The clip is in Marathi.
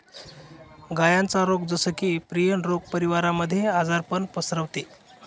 गायांचा रोग जस की, प्रियन रोग परिवारामध्ये आजारपण पसरवते